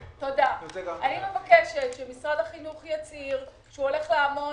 אני מבקשת שמשרד החינוך יצהיר שהוא הולך לעמוד